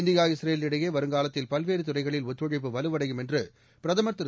India Israel இடையே வருங்காலத்தில் பல்வேறு துறைகளில் ஒத்துழைப்பு வலுவடையும் என்று பிரதமர் திரு